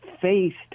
faced